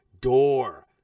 door